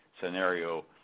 scenario